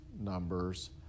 numbers